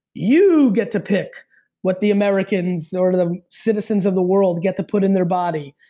you get to pick what the americans or the citizens of the world get to put in their body.